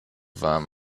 warm